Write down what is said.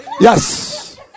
Yes